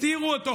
הסתירו אותו,